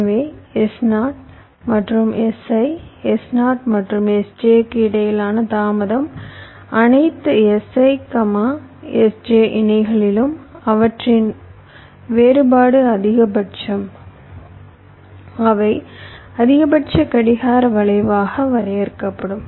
எனவே S0 மற்றும் Si S0 மற்றும் Sj க்கு இடையிலான தாமதம் அனைத்து Si Sj இணைகளிலும் அவற்றின் வேறுபாடு அதிகபட்சம் அவை அதிகபட்ச கடிகார வளைவாக வரையறுக்கப்படும்